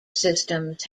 systems